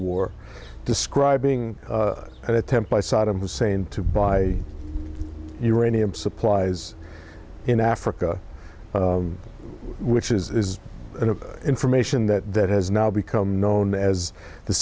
war describing an attempt by saddam hussein to buy uranium supplies in africa which is an information that that has now become known as the